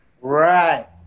Right